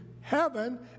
heaven